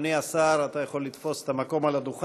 אדוני השר, אתה יכול לתפוס את המקום על הדוכן.